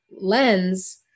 lens